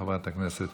חברת הכנסת